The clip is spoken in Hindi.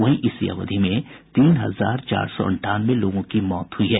वहीं इसी अवधि में तीन हजार चार सौ अंठानवे लोगों की मौत हुई है